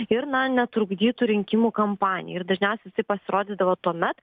ir na netrukdytų rinkimų kampanijai ir dažniausiai jisai pasirodydavo tuomet